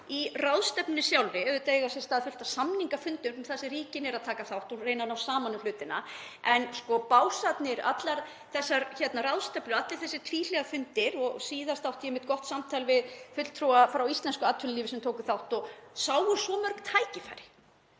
í ráðstefnunni sjálfri. Auðvitað á sér stað fullt af samningafundum þar sem ríkin taka þátt og reyna að ná saman um hlutina. En básarnir, allar þessar ráðstefnur og allir þessir tvíhliða fundir — síðast átti ég einmitt gott samtal við fulltrúa frá íslensku atvinnulífi sem tóku þátt og sáu svo mörg tækifæri.